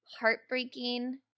heartbreaking